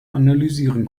analysieren